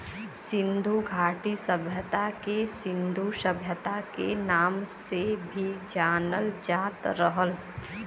सिन्धु घाटी सभ्यता के सिन्धु सभ्यता के नाम से भी जानल जात रहल